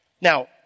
Now